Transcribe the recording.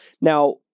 Now